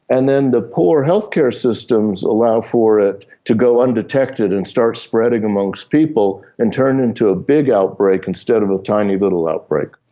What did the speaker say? and then the poor healthcare systems allow for it to go undetected and start spreading amongst people and turn into a big outbreak instead of a tiny little outbreak.